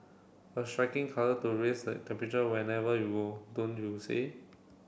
a striking colour to raise the temperature whenever you were don't you say